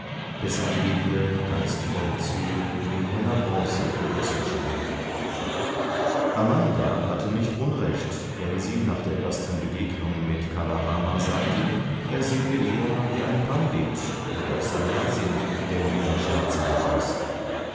dessen edle geistvolle züge in heller bronze gegossen schienen amanda hatte nicht unrecht wenn sie nach der ersten begegnung mit kala rama sagte er sehe eher wie ein panditpandit schriftgelehrter oder sannyasin sannyasin religiöser bettler heiliger denn wie ein staatsmann aus